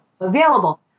available